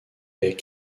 est